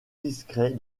discret